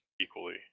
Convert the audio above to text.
equally